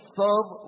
serve